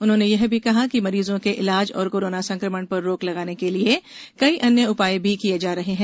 उन्होंने कहा कि मरीजों के इलाज और कोरोना संक्रमण पर रोक लगाने के लिए कई अन्य उपाय भी किए जा रहे हैं